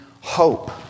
hope